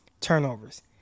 turnovers